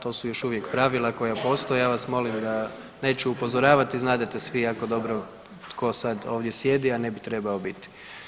To su još uvijek pravila koja postoje, ja vas molim da, neću upozoravati znadete svi jako dobro tko sad ovdje sjedi, a ne bi trebao biti.